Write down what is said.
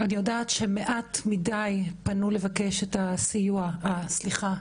אני יודעת שמעט מדי פנו לבקש את הסיוע סליחה,